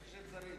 כמו שצריך.